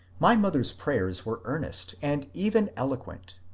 my mother's prayers were earnest and even eloquent.